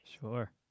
Sure